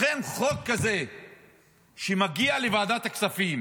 לכן חוק כזה שמגיע לוועדת הכספים